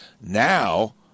Now